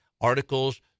articles